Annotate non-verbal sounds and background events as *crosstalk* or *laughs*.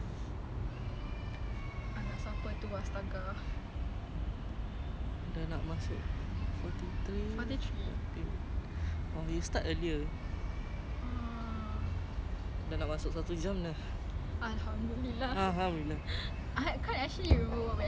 alhamdulillah it's not a lot of conversation though kan it's like so deep *laughs* so deep ah the way that we